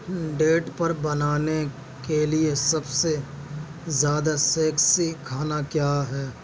date پر بنانے کے لیے سب سے زیادہ سیکسی کھانا کیا ہے